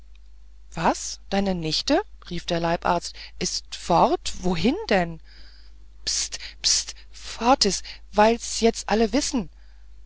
was deine nichte rief der leibarzt ist fort wohin denn pst pst fort is weil s jetzt alles weiß